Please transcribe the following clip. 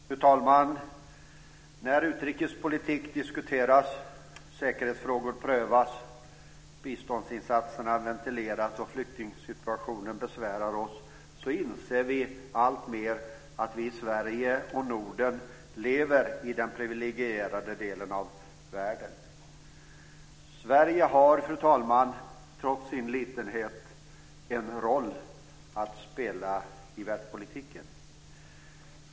Fru talman! När utrikespolitik diskuteras, säkerhetsfrågor prövas, biståndsinsatserna ventileras och flyktingsituationen besvärar oss inser vi alltmer att vi i Sverige och Norden lever i den privilegierade delen av världen. Sverige har, fru talman, trots sin litenhet en roll att spela i världspolitiken.